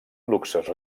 luxes